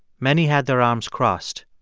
many had their arms crossed.